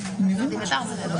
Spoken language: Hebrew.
אדוני הציע לחזור לנוסח הממשלתי.